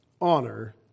honor